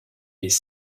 les